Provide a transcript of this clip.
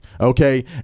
Okay